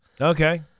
Okay